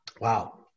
Wow